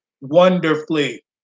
wonderfully